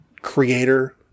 creator